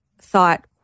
thought